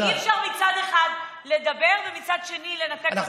כי אי-אפשר מצד אחד לדבר ומצד שני לנתק אותם,